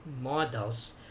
models